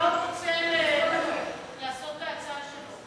בצלאל מאוד רוצה להעלות את ההצעה שלו.